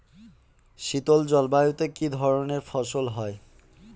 শীতল জলবায়ুতে কি ধরনের ফসল হয়?